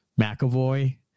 McAvoy